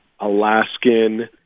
Alaskan